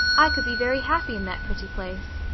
i could be very happy in that pretty place.